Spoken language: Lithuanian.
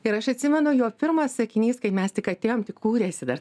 ir aš atsimenu jo pirmas sakinys kai mes tik atėjom tik kūrėsi dar